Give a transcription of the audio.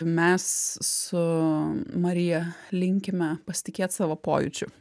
mes su marija linkime pasitikėt savo pojūčiu